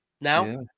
now